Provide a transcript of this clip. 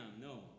No